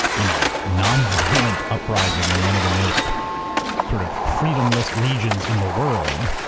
you know non-violent uprising in one of the most sort of freedomless regions in the world.